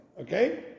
Okay